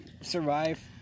survive